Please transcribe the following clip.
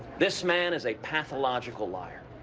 this man is a pathological liar.